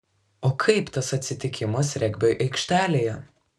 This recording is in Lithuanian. o kaip tas atsitikimas regbio aikštelėje